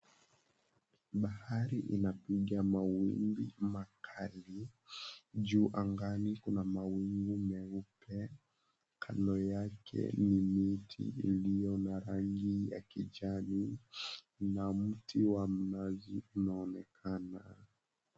Bahari inapiga mawimbi makali. Juu angani kuna mawingu meupe. Kando yake ni miti iliyo na rangi ya kijani na mti wa mnazi unaonekana.